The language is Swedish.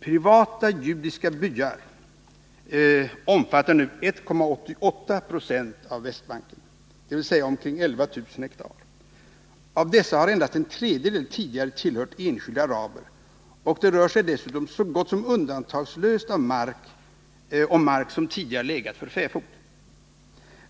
Privata judiska byar omfattar nu 1,88 26 av Västbanken, dvs. omkring 11 000 hektar. Av dessa har endast en tredjedel tidigare tillhört enskilda araber, och det rör sig dessutom så gott som undantagslöst om mark som tidigare legat för fäfot.